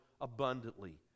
abundantly